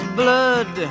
blood